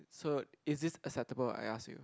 so is this acceptable I ask you